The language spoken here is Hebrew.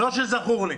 לא שזכור לי.